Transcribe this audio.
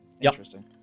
Interesting